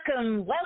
Welcome